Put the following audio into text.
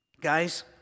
Guys